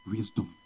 Wisdom